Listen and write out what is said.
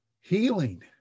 Healing